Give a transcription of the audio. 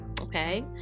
okay